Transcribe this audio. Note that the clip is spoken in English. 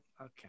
Okay